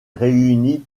réunit